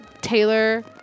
Taylor